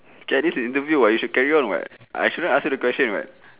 K this is interview [what] you should carry on [what] I actually ask you the question [what]